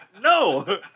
No